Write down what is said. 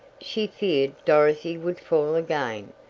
she feared dorothy would fall again,